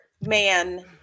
man